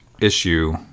issue